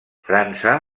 frança